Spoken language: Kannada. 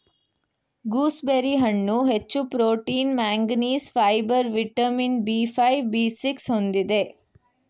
ಗೂಸ್ಬೆರಿ ಹಣ್ಣು ಹೆಚ್ಚು protein manganese, fibre vitamin B five, B six ಹೊಂದಿದೆ